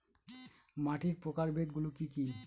মাটির প্রকারভেদ গুলো কি কী?